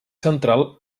central